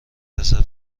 رزرو